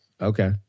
okay